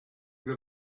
that